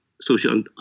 social